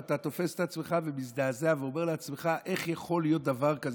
ואתה תופס את עצמך ומזדעזע ואומר לעצמך: איך יכול להיות דבר כזה?